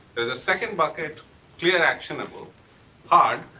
there's a second bucket, clear actionable hard,